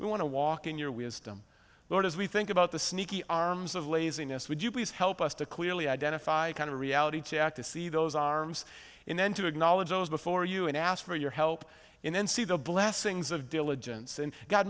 we want to walk in your wisdom lord as we think about the sneaky arms of laziness would you please help us to clearly identify kind of reality check to see those arms and then to acknowledge those before you and ask for your help and then see the blessings of diligence and go